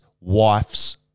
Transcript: wife's